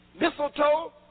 mistletoe